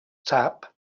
sap